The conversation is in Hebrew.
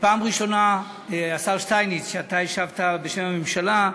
פעם ראשונה, השר שטייניץ, ואתה השבת בשם הממשלה,